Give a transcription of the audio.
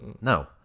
No